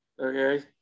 okay